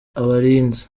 abarinzi